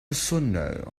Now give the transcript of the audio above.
sonneurs